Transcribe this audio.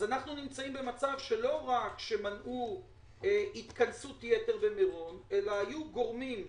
אנחנו נמצאים במצב שלא רק שלא מנעו התכנסות-יתר במירון אלא היו גורמים,